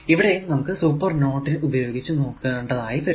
ഇവിടെയും നമുക്ക് super node ഉപയോഗിച്ചു നോക്കേണ്ടതായി വരും